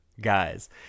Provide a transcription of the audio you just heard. guys